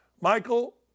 Michael